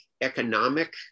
economic